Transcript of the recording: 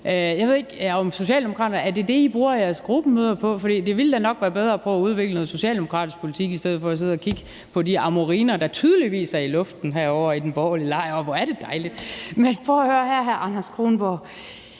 det er det, Socialdemokraterne bruger deres gruppemøder på, for det ville da nok være bedre at prøve at udvikle noget socialdemokratisk politik i stedet for at sidde og kigge på de amoriner, der tydeligvis er i luften herovre i den borgerlige lejr – og hvor er det dejligt. Men prøv at høre her, hr. Anders Kronborg: